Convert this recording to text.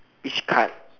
which card